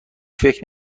فکر